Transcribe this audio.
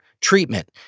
treatment